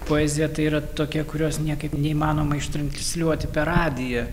poezija tai yra tokia kurios niekaip neįmanoma ištransliuoti per radiją